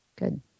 Good